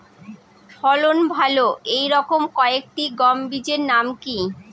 ফলন ভালো এই রকম কয়েকটি গম বীজের নাম কি?